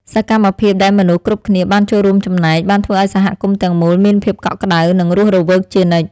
សកម្មភាពដែលមនុស្សគ្រប់គ្នាបានចូលរួមចំណែក បានធ្វើឱ្យសហគមន៍ទាំងមូលមានភាពកក់ក្ដៅ និងរស់រវើកជានិច្ច។